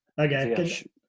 Okay